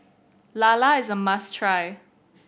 lala is a must try